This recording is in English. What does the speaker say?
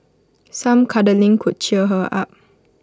some cuddling could cheer her up